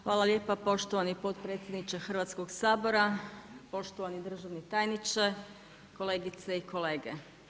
Hvala lijepa poštovani potpredsjedniče Hrvatskog sabora, poštovani državni tajniče, kolegice i kolege.